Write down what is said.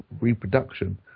reproduction